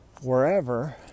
wherever